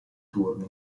turni